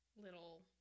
little